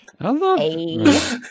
Hello